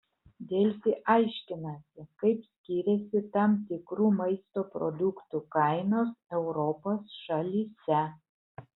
delfi aiškinasi kaip skiriasi tam tikrų maisto produktų kainos europos šalyse